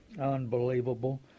Unbelievable